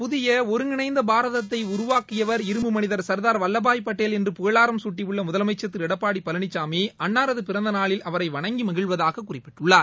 புதிய ஒருங்கிணைந்த பாரதத்தை உருவாக்கியர் இரும்பு மனிதர் சர்தார் வல்லபாய் பட்டேல் என்று புகழாரம் சூட்டியுள்ள முதலமைச்சர் திரு எடப்பாடி பழனிசாமி அன்னாரது பிறந்தநாளில் அவரை வணங்கி மகிழ்வதாக குறிப்பிட்டுள்ளார்